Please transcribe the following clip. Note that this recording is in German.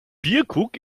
bierkrug